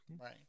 Right